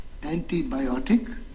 antibiotic